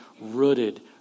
rooted